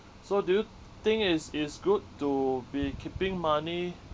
so do you think is is good to be keeping money